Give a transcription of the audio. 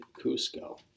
Cusco